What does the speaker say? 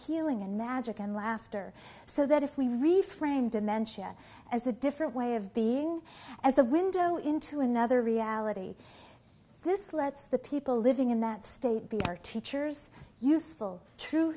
healing and magic and laughter so that if we really frame dementia as a different way of being as a window into another reality this lets the people living in that state be our teachers useful true